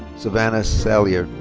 savannah salyer.